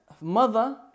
mother